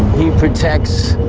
he protects